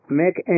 make